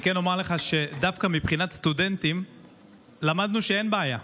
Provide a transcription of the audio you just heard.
אני כן אומר לך שדווקא מבחינת סטודנטים למדנו שאין בעיה,